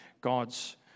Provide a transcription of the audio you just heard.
God's